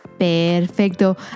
Perfecto